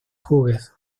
hughes